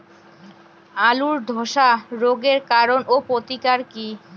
আলুর ধসা রোগের কারণ ও প্রতিকার কি?